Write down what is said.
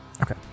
Okay